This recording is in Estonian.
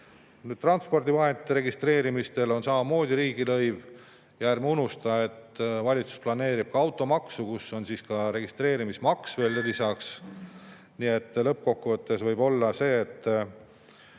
Transpordivahendite registreerimisel on samamoodi riigilõiv. Ja ärme unustame, et valitsus planeerib ka automaksu, kus on lisaks registreerimismaks. Nii et lõppkokkuvõttes võib olla nii, et